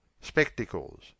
spectacles